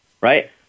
Right